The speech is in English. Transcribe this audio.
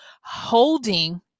holding